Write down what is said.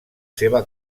seva